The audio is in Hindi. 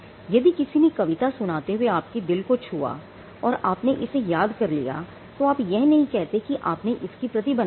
यदि किसी ने कविता सुनाते हुए आपके दिल को छुआ है और आपने इसे याद कर लिया है तो आप यह नहीं कहते कि आपने इसकी प्रति बना ली है